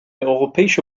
europäische